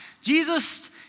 Jesus